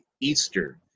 Easter